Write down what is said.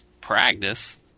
Practice